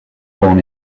born